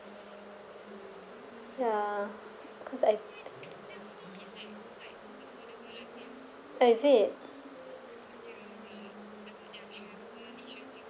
ya cause I oh is it